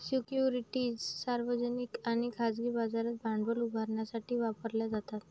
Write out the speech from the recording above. securities सार्वजनिक आणि खाजगी बाजारात भांडवल उभारण्यासाठी वापरल्या जातात